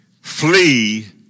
flee